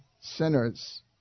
sinners